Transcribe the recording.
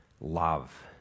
love